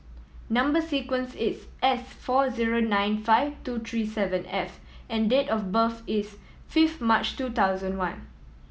number sequence is S four zero nine five two three seven F and date of birth is fifth March two thousand and one